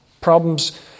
problems